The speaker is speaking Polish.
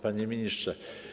Panie Ministrze!